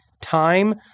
time